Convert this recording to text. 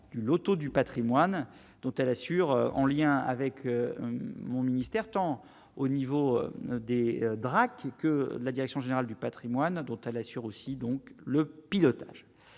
du Loto du Patrimoine, dont elle assure en lien avec mon ministère, tant au niveau des Drac, que la direction générale du Patrimoine total assure aussi donc le pilotage